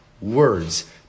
words